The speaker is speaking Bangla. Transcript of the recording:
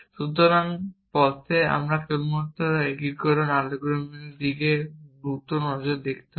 সুতরাং পথে আমাদের কেবলমাত্র একীকরণ অ্যালগরিদমটির দিকে দ্রুত নজর দিতে হবে